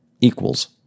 equals